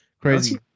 crazy